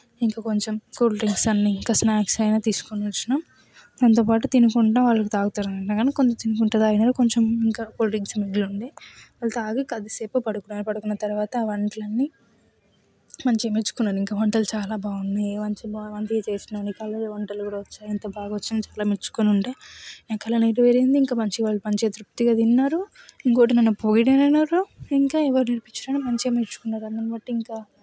ఇంకొంచెం cool drinks అన్ని ఇంకా స్నాక్స్ అయినా తీసుకొని వచ్చిన టెక్ట్స్ దాంతోపాటు తినుకుంటూ వాళ్లు తాగుతారు కొంచెం తినుకుంటూ తాగినారు కొంచెం ఇంకా కూల్ డ్రింక్స్ మిగిలి ఉంది వాళ్లు తాగి కొద్దిసేపు పడుకున్నారు పడుకున్న తర్వాత వంటలన్నీ మంచిగా మెచ్చుకున్నారు ఇంకా వంటలు చాలా బాగున్నాయి మంచిగా చేసినావు నీకు ఆల్రెడీ వంటలు కూడా వచ్చా ఇంత బాగా వచ్చా అని మెచ్చుకుండే నా కల నెరవేరింది ఇంకా ఇంకా వాళ్ళు తృప్తిగా తిన్నారు ఇంకా నన్ను పొగిడినారు ఇంకా మంచిగా మెచ్చుకున్నారు దాన్నిబట్టి ఇంకా